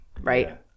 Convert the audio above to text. right